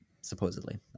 supposedly